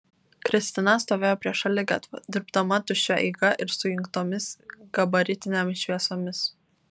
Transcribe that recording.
kristina stovėjo prie šaligatvio dirbdama tuščia eiga ir su įjungtomis gabaritinėmis šviesomis